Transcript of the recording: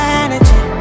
energy